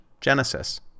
Genesis